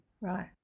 Right